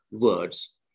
words